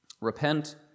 Repent